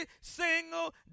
single